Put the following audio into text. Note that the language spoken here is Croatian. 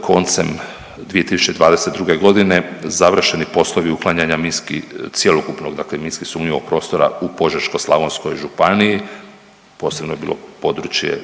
koncem 2022. g. završeni poslovi uklanjanja minski, cjelokupnog dakle minski sumnjivog prostora u Požeško-slavonskoj županiji, posebno je bilo područje